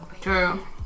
true